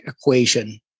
equation